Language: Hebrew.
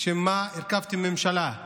לשם מה הרכבתם ממשלה?